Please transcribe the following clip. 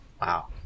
Wow